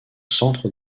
centre